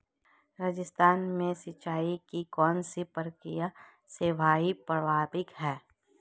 राजस्थान में सिंचाई की कौनसी प्रक्रिया सर्वाधिक प्रभावी है?